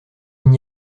n’y